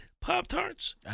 Pop-Tarts